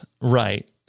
right